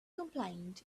complaint